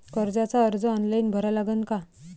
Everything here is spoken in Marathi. कर्जाचा अर्ज ऑनलाईन भरा लागन का?